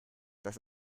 dass